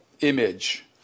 image